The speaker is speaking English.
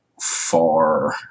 far